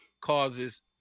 causes